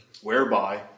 whereby